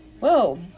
Whoa